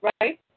Right